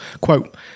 quote